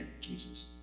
Jesus